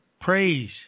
Praise